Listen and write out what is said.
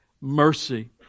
mercy